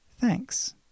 thanks